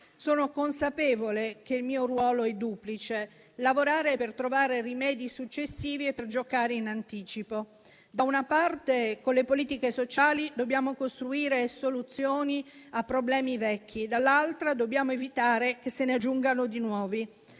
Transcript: Sono consapevole che il mio ruolo è duplice: lavorare per trovare rimedi successivi e per giocare in anticipo. Da una parte, con le politiche sociali dobbiamo costruire soluzioni a problemi vecchi; dall'altra, dobbiamo evitare che se ne aggiungano di nuovi.